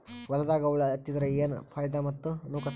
ಹೊಲದಾಗ ಹುಳ ಎತ್ತಿದರ ಏನ್ ಫಾಯಿದಾ ಮತ್ತು ನುಕಸಾನ?